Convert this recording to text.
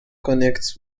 connects